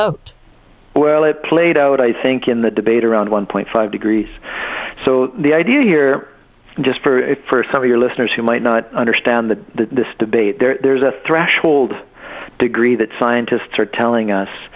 it played out i think in the debate around one point five degrees so the idea here just for some of your listeners who might not understand the this debate there's a threshold degree that scientists are telling us